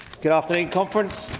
good afternoon conference,